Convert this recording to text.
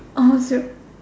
almost do it